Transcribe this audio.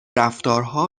رفتارها